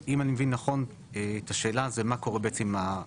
אם אני מבין נכון את השאלה זה מה קורה בעצם העניין.